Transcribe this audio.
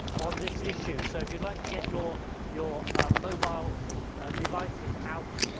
on this issue. so, if you'd like to get your your mobile devices out